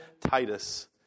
Titus